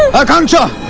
akansha?